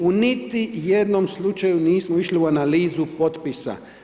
U niti jednom slučaju nismo išli u analizu potpisa.